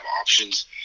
options